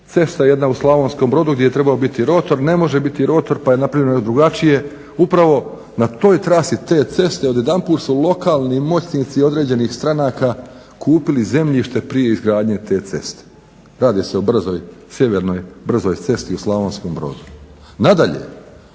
cesta jedna u Slavonskom Brodu gdje je trebao biti rotor ne može biti rotor pa je napravljeno drugačije, upravo na toj trasi te ceste odjedanput su lokalni moćnici određenih stranaka kupili zemljište prije izgradnje te ceste, radi se o sjevernoj brzoj cesti u Slavonskom Brodu. Nadalje,